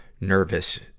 nervous